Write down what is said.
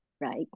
right